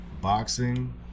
boxing